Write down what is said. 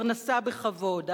פרנסה בכבוד,